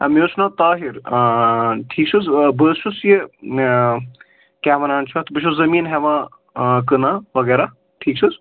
مےٚ حظ چھُ ناو طاہِر ٹھیٖک چھُ حظ بہٕ حظ چھُس یہِ کیٛاہ وَنان چھُ اَتھ بہٕ چھُس زٔمیٖن ہٮ۪وان کٕنان وغیرہ ٹھیٖک چھُ حظ